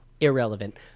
Irrelevant